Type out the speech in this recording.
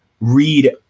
read